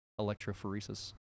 electrophoresis